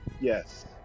Yes